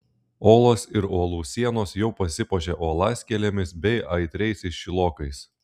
olos ir uolų sienos jau pasipuošė uolaskėlėmis bei aitriaisiais šilokais